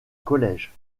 collège